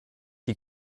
die